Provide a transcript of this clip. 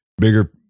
bigger